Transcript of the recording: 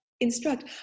Instruct